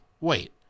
wait